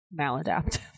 maladaptive